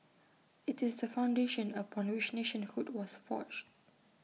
IT is the foundation upon which nationhood was forged